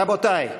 רבותי,